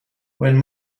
when